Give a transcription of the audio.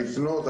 לפנות.